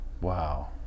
Wow